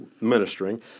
ministering